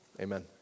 amen